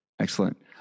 Excellent